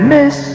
Miss